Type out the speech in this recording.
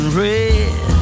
red